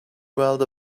whirled